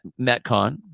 metcon